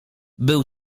był